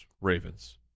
Ravens